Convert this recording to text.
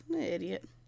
Idiot